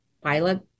pilot